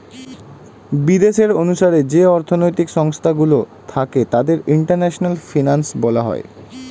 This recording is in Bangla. বিদেশের অনুসারে যে অর্থনৈতিক সংস্থা গুলো থাকে তাদের ইন্টারন্যাশনাল ফিনান্স বলা হয়